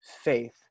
faith